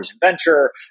venture